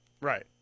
Right